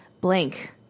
blank